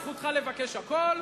זכותך לבקש הכול,